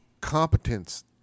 Competence